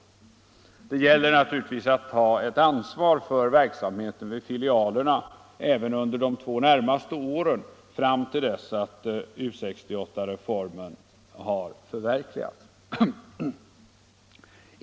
Det gäller naturligtvis att ta ett ansvar för verksamheten vid filialerna även under de två närmaste åren fram till dess att U 68-reformen har förverkligats.